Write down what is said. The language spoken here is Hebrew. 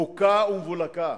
בוקה ומבולקה.